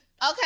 Okay